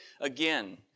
again